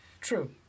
True